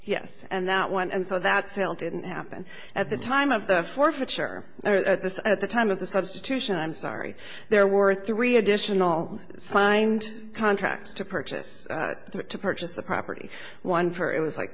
yes and that one and so that sale didn't happen at the time of the forfeiture at the time of the substitution i'm sorry there were three additional signed contracts to purchase to purchase the property one for it was like